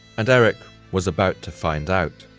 and erik was about to find out.